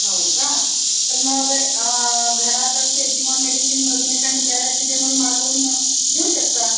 हो का तर मग घरात असेल किंवा मेडिसिनमधून एखादी पॅरासिटेमॉल मागवून घेऊ शकता